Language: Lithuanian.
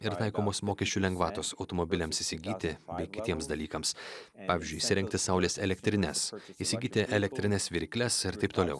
ir taikomos mokesčių lengvatos automobiliams įsigyti kitiems dalykams pavyzdžiui įsirengti saulės elektrines įsigyti elektrines virykles ir taip toliau